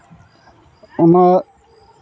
ᱚᱱᱟ